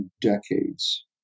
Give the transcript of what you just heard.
decades